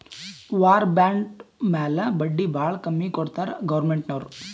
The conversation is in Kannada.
ವಾರ್ ಬಾಂಡ್ ಮ್ಯಾಲ ಬಡ್ಡಿ ಭಾಳ ಕಮ್ಮಿ ಕೊಡ್ತಾರ್ ಗೌರ್ಮೆಂಟ್ನವ್ರು